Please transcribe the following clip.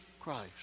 Christ